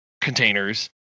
containers